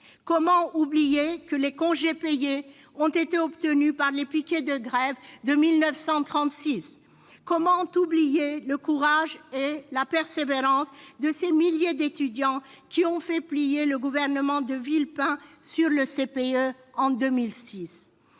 Comment oublier que les congés payés ont été obtenus par les piquets de grève de 1936 ? Cela n'a rien à voir ! Comment oublier le courage et la persévérance de ces milliers d'étudiants qui ont fait plier le gouvernement Villepin sur le CPE, le